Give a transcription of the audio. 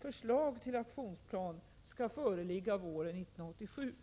Förslag till aktionsplan skall föreligga våren 1987.